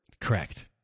Correct